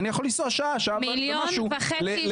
אני יכול לנסוע שעה או שעה ומשהו לצפת.